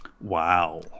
Wow